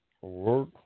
Work